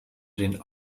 den